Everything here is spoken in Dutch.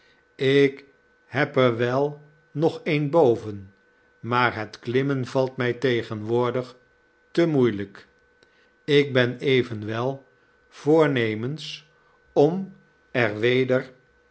ik heb er wel nog een boven maar het klimmen valt mij tegenwoordig te moeielijk ik ben evenwel voornemens om er weder